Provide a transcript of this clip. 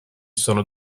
sono